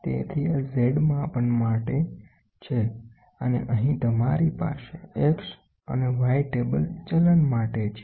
તેથી આ Z માપન માટે છે અને અહીં તમારી પાસે X અને Y ટેબલ ચલન માટે છે